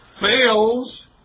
fails